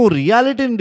reality